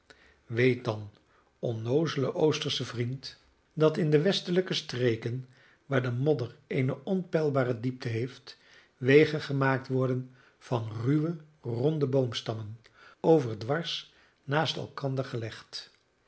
weet dan onnoozele oostersche vriend dat in de westelijke streken waar de modder eene onpeilbare diepte heeft wegen gemaakt worden van ruwe ronde boomstammen overdwars naast elkander gelegd